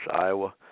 Iowa